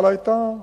אבל היתה בנייה.